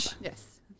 Yes